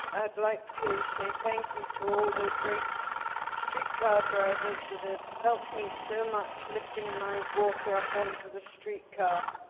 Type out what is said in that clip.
i'd like to say thank you to all the great streetcar drivers that have ah helped me so much lifting my walker up onto the streetcar.